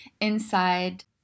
inside